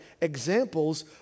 Examples